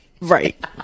Right